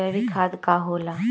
जैवीक खाद का होला?